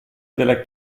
della